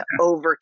over